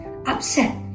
Upset